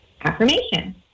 affirmation